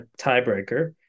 tiebreaker